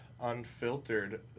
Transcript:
unfiltered